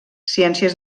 ciències